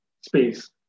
space